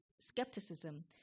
skepticism